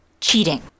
cheating